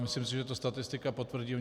Myslím, že to statistika potvrdí.